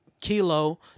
Kilo